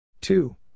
Two